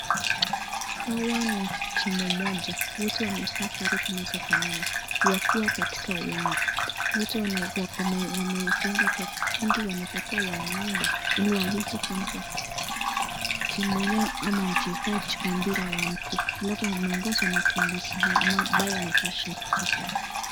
Hawa ni timu moja, wote wamevaa sare zinazofanana wakiwa katika uwanja, wote wamejiunga kwa kikundi wanaeza kua wanaomba ili waweze kuanza, timu ya ama mchezaji wa mpira wa mguu. Alafu wameongozwa na kiongozi ambaye amevaa shati tafauti